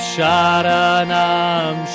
Sharanam